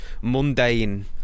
mundane